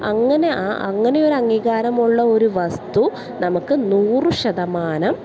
അങ്ങനെ ആ അങ്ങനെ ഒരു അംഗീകാരമുള്ള ഒരു വസ്തു നമുക്ക് നൂറ് ശതമാനം